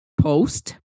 post